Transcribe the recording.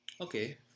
Okay